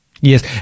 Yes